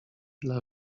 dla